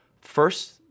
First